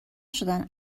شدن